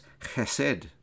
chesed